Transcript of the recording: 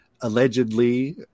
allegedly